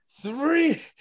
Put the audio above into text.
three